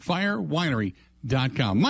FireWinery.com